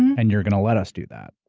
and you're going to let us do that.